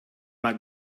not